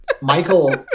Michael